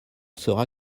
sera